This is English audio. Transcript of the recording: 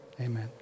amen